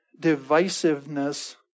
divisiveness